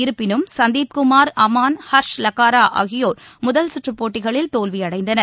இருப்பினும் சந்திப் குமார் அமான் ஹர்ஷ் லக்காரா ஆகியோர் முதல் சுற்றுப் போட்டிகளில் தோல்வியடைந்தனர்